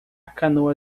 canoa